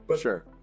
Sure